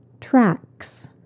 tracks